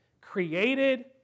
created